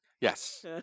Yes